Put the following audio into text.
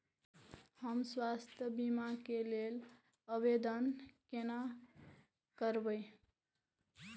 हम स्वास्थ्य बीमा के लेल आवेदन केना कै सकब?